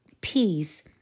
peace